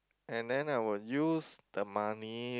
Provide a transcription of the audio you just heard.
and then I will use the money